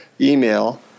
email